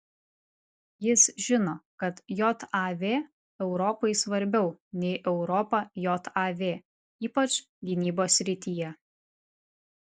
jis žino kad jav europai svarbiau nei europa jav ypač gynybos srityje